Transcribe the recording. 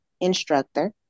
instructor